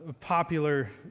popular